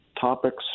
topics